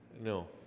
no